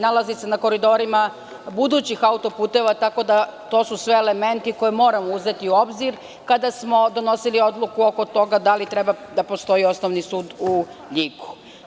Nalazi se i na koridorima budućih autoputeva, tako da su to sve elementi koje smo morali uzeti u obzir kada smo donosili odluku oko toga da li treba da postoji osnovni sud u Ljigu.